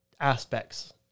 aspects